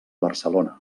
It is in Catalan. barcelona